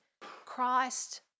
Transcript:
Christ